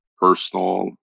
personal